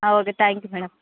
ah okay thanks madam